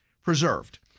preserved